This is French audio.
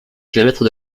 kilomètres